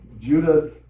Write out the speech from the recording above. Judas